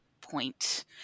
point